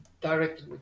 directly